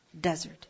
Desert